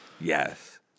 Yes